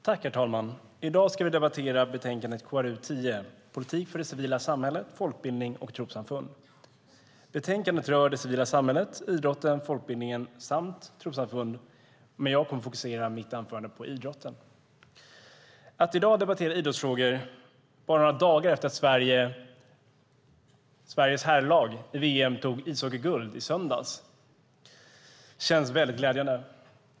Herr talman! I dag ska vi debattera betänkande KrU10 Politik för det civila samhället, folkbildning och trossamfund . Betänkandet rör det civila samhället, idrotten, folkbildningen samt trossamfunden, men jag kommer att fokusera mitt anförande på idrotten. Det känns glädjande att debattera idrottsfrågor i dag, bara några dagar efter det att Sveriges herrlandslag i ishockey vann VM-guld i söndags.